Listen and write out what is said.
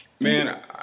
Man